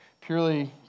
Purely